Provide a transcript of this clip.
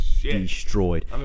destroyed